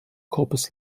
corpus